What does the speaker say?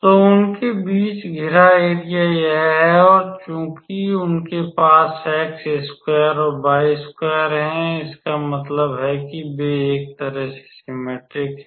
तो उनके बीच घिरा एरिया यह है और चूंकि उनके पास x स्कवेर और y स्कवेर है इसका मतलब है वे एक तरह से सिममेट्रिक हैं